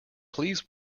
please